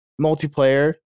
multiplayer